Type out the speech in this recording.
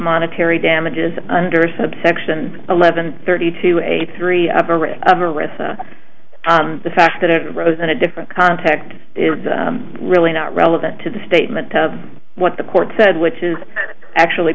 monetary damages under subsection eleven thirty two eighty three the fact that it rose in a different context really not relevant to the statement of what the court said which is actually